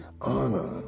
honor